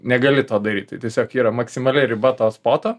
negali to daryt tai tiesiog yra maksimali riba to spoto